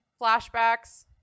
flashbacks